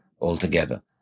altogether